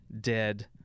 dead